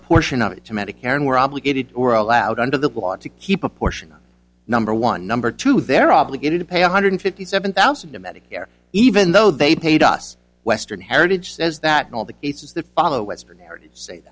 portion of it to medicare and we're obligated or allowed under the law to keep a portion number one number two they're obligated to pay one hundred fifty seven thousand to medicare even though they paid us western heritage says that all the cases that follow western